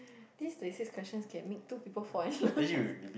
these thirty six questions can make two people fall in love